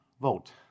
vote